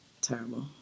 Terrible